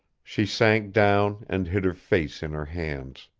she sank down and hid her face in her hands.